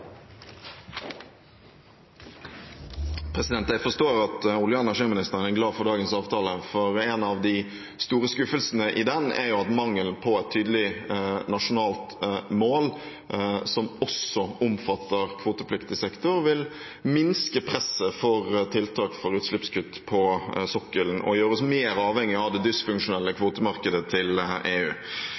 glad for dagens avtale, for en av de store skuffelsene i den er at mangelen på et tydelig nasjonalt mål som også omfatter kvotepliktig sektor, vil minske presset for å få tiltak for utslippskutt på sokkelen og gjøre oss mer avhengig av det dysfunksjonelle kvotemarkedet til EU.